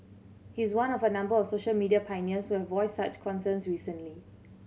he is one of a number of social media pioneers who have voiced such concerns recently